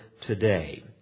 today